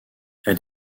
elle